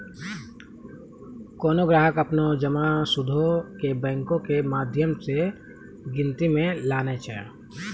कोनो ग्राहक अपनो जमा सूदो के बैंको के माध्यम से गिनती मे लानै छै